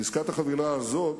עסקת החבילה הזאת